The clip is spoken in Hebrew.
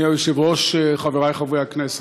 אדוני היושב-ראש, חברי חברי הכנסת,